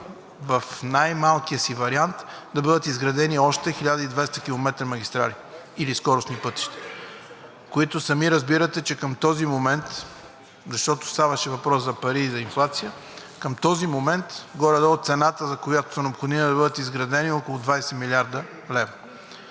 в най-краткия си вариант да бъдат изградени още 1200 км магистрали или скоростни пътища, които сами разбирате, че към този момент, защото ставаше въпрос за пари и за инфлация, горе-долу цената, за която е необходимо да бъдат изградени, е около 20 млрд. лв.